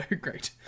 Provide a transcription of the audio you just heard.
great